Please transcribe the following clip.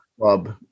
club